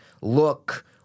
look